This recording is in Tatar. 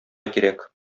кирәк